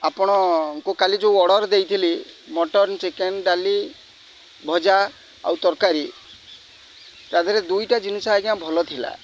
ଆପଣଙ୍କୁ କାଲି ଯେଉଁ ଅର୍ଡ଼ର୍ ଦେଇଥିଲି ମଟନ୍ ଚିକେନ୍ ଡାଲି ଭଜା ଆଉ ତରକାରୀ ତାଦିହରେ ଦୁଇଟା ଜିନିଷ ଆଜ୍ଞା ଭଲ ଥିଲା